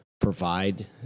provide